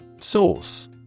Source